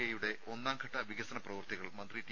ഐയുടെ ഒന്നാം ഘട്ട വികസന പ്രവൃത്തികൾ മന്ത്രി ടി